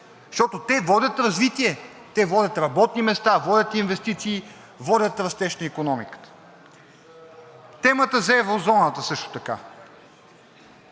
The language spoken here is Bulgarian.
защото те водят развитие, те водят работни места, водят инвестиции, водят растеж на икономиката. Темата за еврозоната също така.